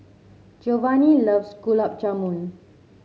Geovanni loves Gulab Jamun